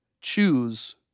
choose